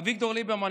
אביגדור ליברמן,